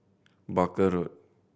Barker Road